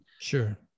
Sure